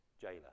jailer